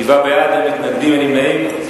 שבעה בעד, אין מתנגדים ואין נמנעים.